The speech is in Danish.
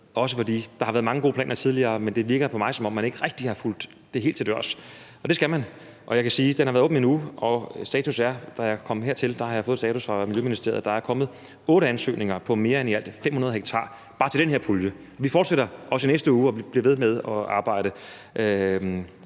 har tidligere været mange gode planer, men på mig virker det, som om man ikke rigtig har fulgt det helt til dørs, og det skal man. Jeg kan sige, at den har været åben i en uge, og at status ifølge den status, jeg har fået fra Miljøministeriet, er, at der er kommet otte ansøgninger på i alt mere end 500 ha bare til den her pulje. Vi fortsætter også i næste uge, og vi bliver ved med at arbejde.